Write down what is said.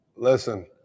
Listen